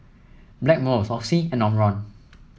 Blackmores Oxy and Omron